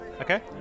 okay